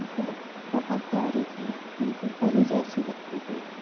وہ بہت پیاری تھی بالکل پری جیسی لگتی تھی